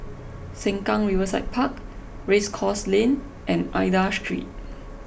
Sengkang Riverside Park Race Course Lane and Aida Street